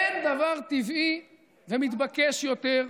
אין דבר טבעי ומתבקש יותר.